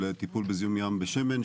לטיפול בזיהום ים בשמן,